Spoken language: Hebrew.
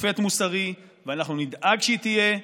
מופת מוסרי, ואנחנו נדאג שהיא תהיה.